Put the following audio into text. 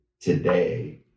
today